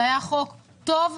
זה היה חוק טוב וחשוב.